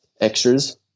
extras